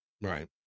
right